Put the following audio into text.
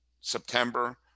September